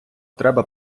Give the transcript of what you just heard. треба